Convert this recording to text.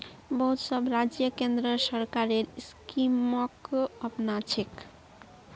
बहुत सब राज्य केंद्र सरकारेर स्कीमक अपनाछेक